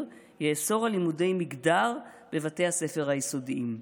יאסור לימודי מגדר בבתי הספר היסודיים.